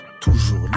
toujours